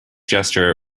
gesture